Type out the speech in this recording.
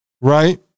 right